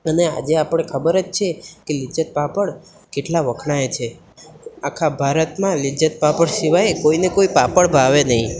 અને આજે આપણને ખબર જ છે કે લિજ્જત પાપડ કેટલા વખણાય છે આખા ભારતમાં લિજ્જત પાપડ સિવાય કોઈને કોઈ પાપડ ભાવે નહીં